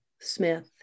Smith